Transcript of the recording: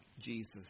Jesus